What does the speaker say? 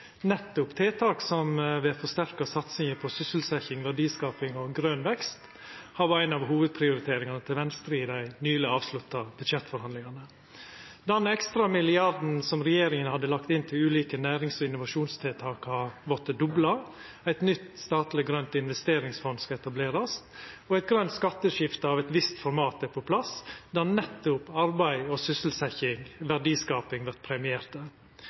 nettopp tiltak som vil forsterka satsinga på sysselsetjing, verdiskaping og grøn vekst, har vore ei av hovudprioriteringane til Venstre i dei nyleg avslutta budsjettforhandlingane. Den ekstra milliarden som regjeringa hadde lagt inn til ulike nærings- og innovasjonstiltak, har vorte dobla, eit nytt statleg grønt investeringsfond skal etablerast, og eit grønt skatteskifte av eit visst format er på plass, der nettopp arbeid og sysselsetjing og verdiskaping vert premierte.